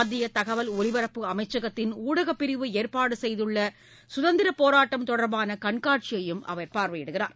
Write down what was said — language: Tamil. மத்திய தகவல் ஒலிபரப்பு அமைச்சகத்தின் ஊடகப்பிரிவு ஏற்பாடு செய்துள்ள சுதந்திரப் போராட்டம் தொடர்பான கண்காட்சியையும் அவர் பார்வையிடுகிறார்